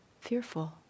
fearful